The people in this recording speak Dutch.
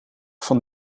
van